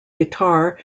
guitar